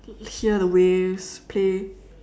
hear the waves play